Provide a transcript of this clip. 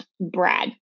Brad